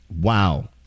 Wow